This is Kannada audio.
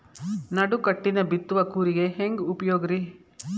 ನಡುಕಟ್ಟಿನ ಬಿತ್ತುವ ಕೂರಿಗೆ ಹೆಂಗ್ ಉಪಯೋಗ ರಿ?